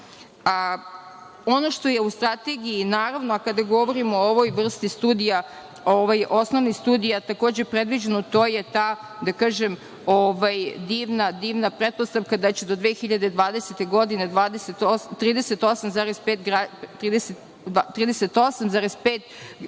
što je u Strategiji, naravno, a kada govorimo o ovoj vrsti osnovnih studija takođe predviđeno – to je ta divna pretpostavka da će do 2020. godine 38,5% građana